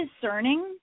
discerning